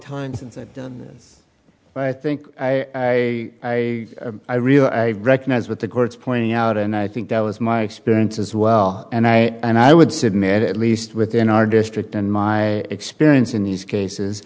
time since i've done this but i think i i realise i recognise what the courts pointing out and i think that was my experience as well and i and i would submit at least within our district and my experience in these cases